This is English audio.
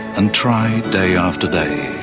and try, day after day.